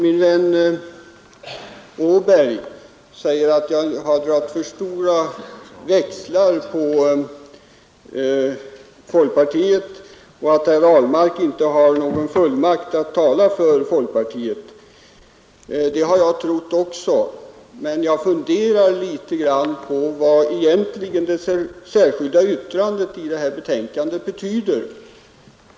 Min vän Georg AÄberg säger att jag har dragit för stora växlar på folkpartiet och att herr Ahlmark inte har någon fullmakt att tala för folkpartiet. Det har jag trott också, men jag funderar litet grand på vad det särskilda yttrandet i betänkandet egentligen betyder.